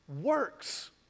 works